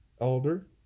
elder